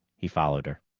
he followed her.